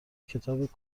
کتاب